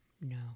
No